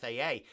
FAA